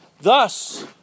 Thus